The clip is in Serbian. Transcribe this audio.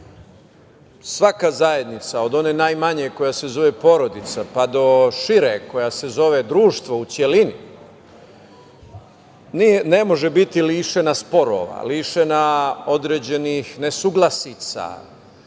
Svaka zajednica, od one najmanje koja se zove porodica, pa do šire koja se zove društvo u celini, ne može biti lišena sporova, lišena određenih nesuglasica,